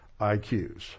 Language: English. IQs